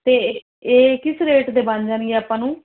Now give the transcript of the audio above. ਅਤੇ ਏ ਇਹ ਕਿਸ ਰੇਟ ਦੇ ਬਣ ਜਾਣਗੇ ਆਪਾਂ ਨੂੰ